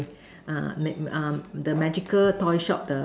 uh ma~ um the magical toy shop the